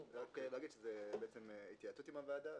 רק להגיד שזה התייעצות עם הוועדה.